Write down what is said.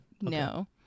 No